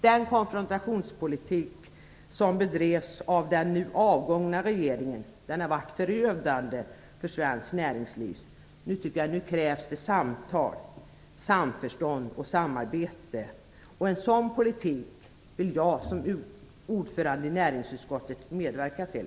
Den konfrontationspolitik som bedrevs av den nu avgångna regeringen har varit förödande för svenskt näringsliv. Nu krävs det samtal, samförstånd och samarbete, och en sådan politik vill jag som ordförande i näringsutskottet medverka till.